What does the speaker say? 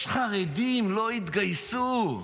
יש חרדים שלא התגייסו.